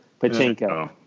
pachinko